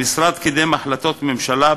המשרד קידם החלטות ממשלה,